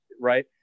Right